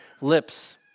lips